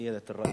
סידאת אל-ראיס.